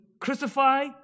crucified